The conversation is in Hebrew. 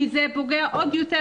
כי זה פוגע עוד יותר.